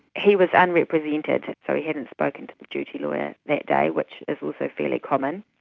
he was unrepresented, so he hadn't spoken to the duty lawyer that day, which is also fairly common.